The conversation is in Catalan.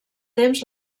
temps